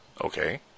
Okay